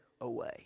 away